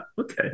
okay